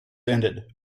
ended